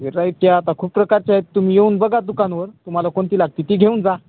variety आता खूप प्रकारचे आहेत तुम्ही येऊन बघा दुकानावर तुम्हाला कोणती लागते ती घेऊन जा